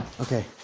Okay